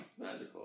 magical